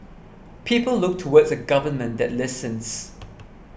people look towards a government that listens